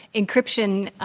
encryption,